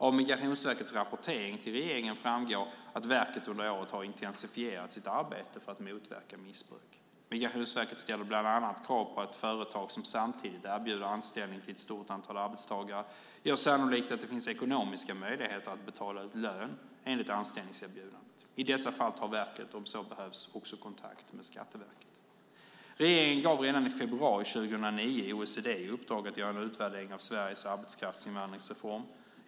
Av Migrationsverkets rapportering till regeringen framgår att verket under året har intensifierat sitt arbete för att motverka missbruk. Migrationsverket ställer bland annat krav på att företag som samtidigt erbjuder anställning till ett stort antal arbetstagare gör sannolikt att det finns ekonomiska möjligheter att betala ut lön enligt anställningserbjudandet. I dessa fall tar verket, om så behövs, också kontakt med Skatteverket. Regeringen gav redan i februari 2009 OECD i uppdrag att göra en utvärdering av Sveriges arbetskraftsinvandringsreform.